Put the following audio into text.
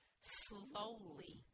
Slowly